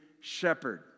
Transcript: shepherd